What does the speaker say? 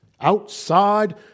outside